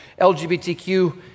LGBTQ